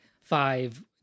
five